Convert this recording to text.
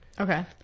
Okay